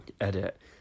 Edit